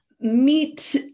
meet